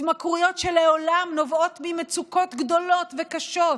התמכרויות שלעולם נובעות ממצוקות גדולות וקשות,